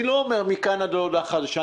אני לא אומר: מכאן ועד להודעה חדשה.